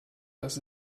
das